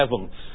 heaven